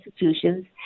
institutions